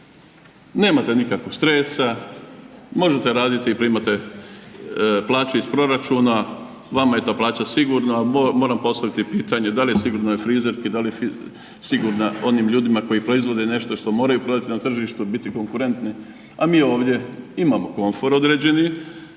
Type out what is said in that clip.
Nemate nikakvog stresa, možete raditi i primate plaću iz proračuna vama je ta plaća sigurna. A moram postaviti i pitanje da li je sigurna i frizerki, da li je sigurna onim ljudima koji proizvode nešto što moraju prodati na tržištu, biti konkurentni a mi ovdje imamo komfor određeni.